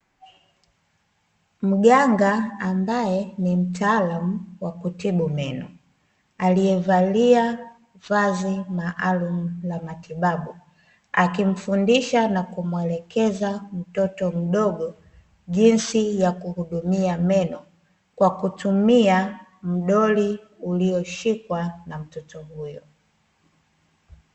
Mganga ambae ni mtaalamu wa kutibu meno, aliyevalia vazi maalumu la matibabu, akimfundisha na kumuelekeza mtoto mdogo, jinsi ya kuhudumia meno, kwa kutumia mdoli ulioshikwa na mtoto huyo.